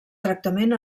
tractament